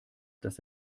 dass